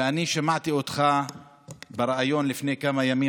ואני שמעתי אותך בריאיון לפני כמה ימים,